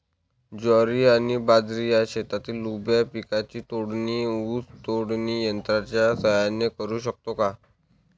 ज्वारी आणि बाजरी या शेतातील उभ्या पिकांची तोडणी ऊस तोडणी यंत्राच्या सहाय्याने करु शकतो का?